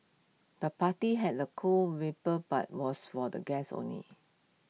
the party had A cool vibe but was for the guests only